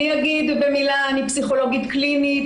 פסיכולוגית קלינית,